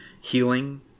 healing